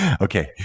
Okay